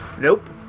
Nope